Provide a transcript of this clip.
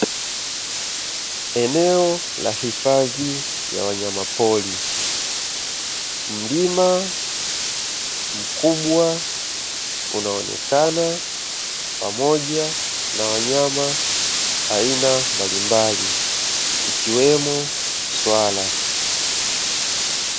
Eneo la hifadhi ya wanyamapori, mlima mkubwa unaonekana pamoja na wanyama aina mbalimbali ikiwemo swala.